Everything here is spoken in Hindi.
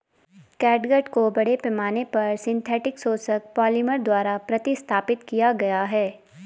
कैटगट को बड़े पैमाने पर सिंथेटिक शोषक पॉलिमर द्वारा प्रतिस्थापित किया गया है